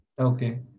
okay